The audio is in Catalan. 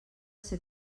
ser